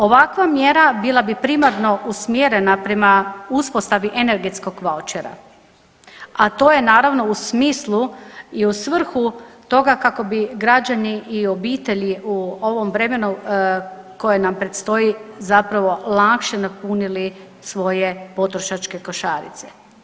Ovakva mjera bila bi primarno usmjerena prema uspostavi energetskog vaučera, a to je naravno u smislu i u svrhu toga kako bi građani i obitelji u ovom vremenu koje nam predstoji zapravo lakše napunili svoje potrošačke košarice.